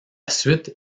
suite